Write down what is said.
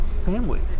family